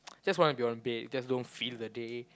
just wanna be on your bed just don't feel the day